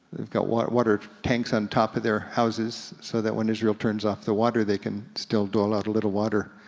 they've got water water tanks on top of their houses so that when israel turns off the water they can still dole out a little water.